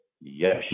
Yes